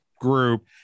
group